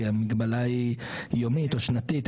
כי המגבלה היא יומית או שנתית.